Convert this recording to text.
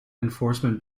enforcement